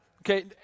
Okay